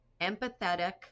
empathetic